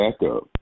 backup